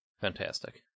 Fantastic